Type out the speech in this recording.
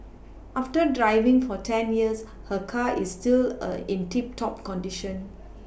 after driving for ten years her car is still a in tip top condition